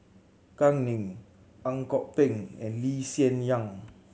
Gao Ning Ang Kok Peng and Lee Hsien Yang